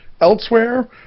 elsewhere